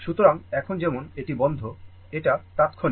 সুতরাং এখন যেমন এটি বন্ধ এটা তাৎক্ষণিক